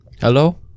hello